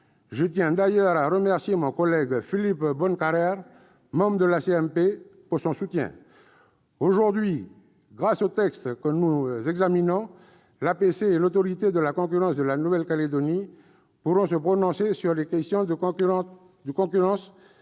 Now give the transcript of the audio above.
Je tiens à remercier mon collègue Philippe Bonnecarrère, membre de la commission mixte paritaire, pour son soutien. Aujourd'hui, grâce au texte que nous examinons, l'APC et l'Autorité de la concurrence de la Nouvelle-Calédonie pourront se prononcer sur les questions de concurrence,